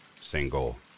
Single